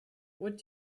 what